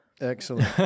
Excellent